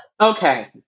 Okay